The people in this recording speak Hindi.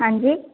हाँ जी